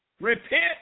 Repent